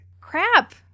Crap